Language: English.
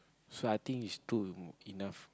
so I think is two enough